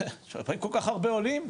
באים כל כך הרבה עולים,